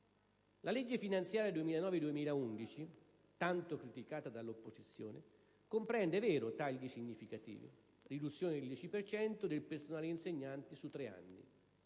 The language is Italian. La legge finanziaria 2009-2011, tanto criticata dall'opposizione, comprende - è vero - tagli significativi e la riduzione del 10 per cento del personale insegnante su tre anni.